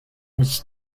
his